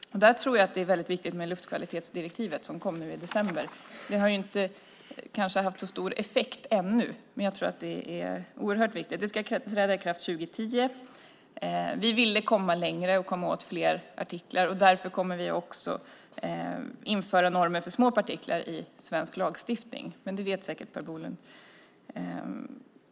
Där tror jag att det är väldigt viktigt med luftkvalitetsdirektivet som kom nu i december. Det har kanske inte haft så stor effekt ännu, men jag tror att det är oerhört viktigt. Det ska träda i kraft 2010. Vi ville komma längre och komma åt fler partiklar. Därför kommer vi också att införa normer för små partiklar i svensk lagstiftning. Men det vet säkert Per Bolund.